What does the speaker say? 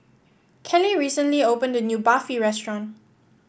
Kelli recently opened a new Barfi Restaurant